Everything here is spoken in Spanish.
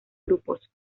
grupos